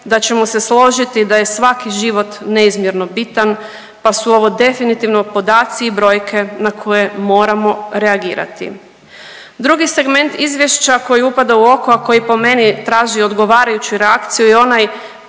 da ćemo se složiti da je svaki život neizmjerno bitan, pa su ovo definitivno podaci i brojke na koje moramo reagirati. Drugi segment izvješća koji upada u oko a koji po meni traži odgovarajuću reakciju je onaj